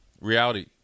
reality